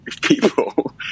people